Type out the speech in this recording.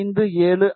575Z2 0